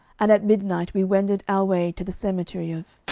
and at midnight we wended our way to the cemetery of,